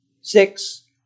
six